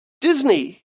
Disney